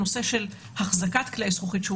בנושא של החזקת כלי זכוכית,